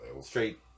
Straight